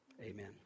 amen